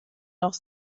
noch